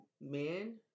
men